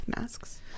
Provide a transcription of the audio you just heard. masks